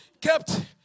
Kept